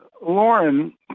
Lauren